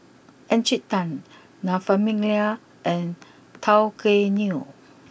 Encik Tan La Famiglia and Tao Kae Noi